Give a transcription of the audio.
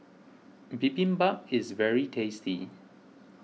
Bibimbap is very tasty